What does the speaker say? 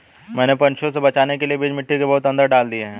मैंने पंछियों से बचाने के लिए बीज मिट्टी के बहुत अंदर डाल दिए हैं